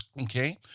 okay